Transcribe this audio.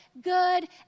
good